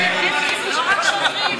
זה לא רק השוטרים,